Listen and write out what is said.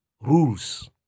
rules